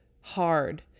Hard